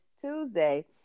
Tuesday